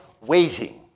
waiting